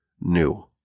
new